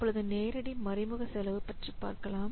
இப்பொழுது நேரடி மறைமுக செலவு பற்றி பார்க்கலாம்